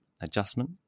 adjustment